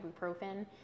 ibuprofen